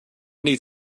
need